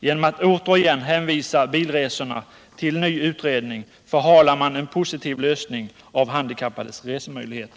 Genom att återigen hänvisa bilresorna till ny utredning förhalar man en positiv lösning av handikappades resemöjligheter.